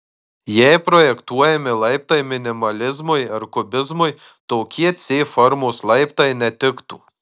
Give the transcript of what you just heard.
jei projektuojami laiptai minimalizmui ar kubizmui tokie c formos laiptai netiktų